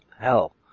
hell